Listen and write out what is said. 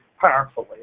powerfully